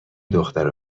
دختر